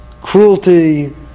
cruelty